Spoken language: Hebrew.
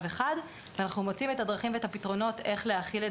אחד ואנחנו מוצאים את הדרכים ואת הפתרונות איך להחיל את